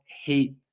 hate